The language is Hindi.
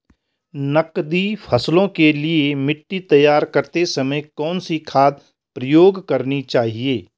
नकदी फसलों के लिए मिट्टी तैयार करते समय कौन सी खाद प्रयोग करनी चाहिए?